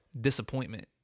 disappointment